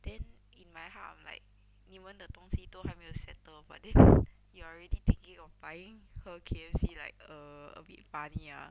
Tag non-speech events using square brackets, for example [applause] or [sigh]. then in my heart I'm like 你们的东西都还没有 settle but then [breath] you are already thinking of buying her K_F_C like err a bit funny ah